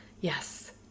Yes